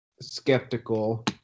skeptical